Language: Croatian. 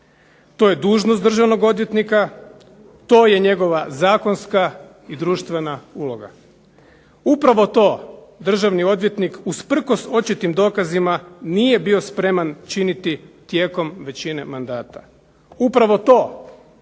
To je dužnost državnog odvjetnika. To je njegova zakonska i društvena uloga. Upravo to državni odvjetnik usprkos očitim dokazima nije bio spreman činiti tijekom većine mandata, upravo to